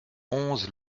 onze